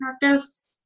practice